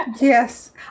Yes